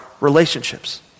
relationships